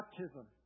baptism